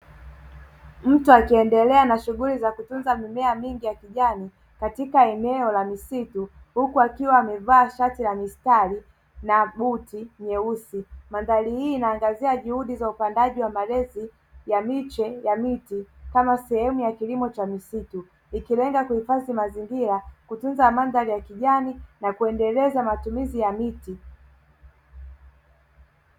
Mtu akiendelea na shughuli za kutunza mimea mingi ya kijani katika eneo la misitu, huku akiwa amevaa shati la mistari na buti nyeusi. Mandhari hii inaangazia juhudi za upandaji wa malezi ya miche ya miti kama sehemu ya kilimo cha misitu, ikilenga kuhifadhi mazingira, kutunza mandhari ya kijani na kuendeleza matumizi ya miti.